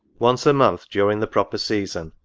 once a month, during the proper season,